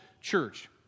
church